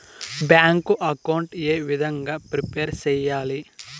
Bank account ఏ విధంగా prepare సెయ్యాలి?